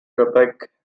quebec